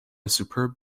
superb